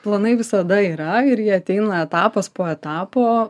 planai visada yra ir jie ateina etapas po etapo